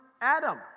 Adam